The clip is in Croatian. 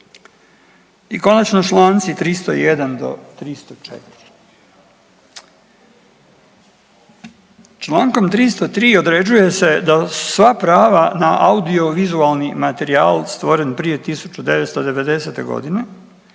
I konačno članci 301. do 304. Člankom 303. određuje se da sva prava na audiovizualni materijal stvoren prije 1990. godine